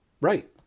right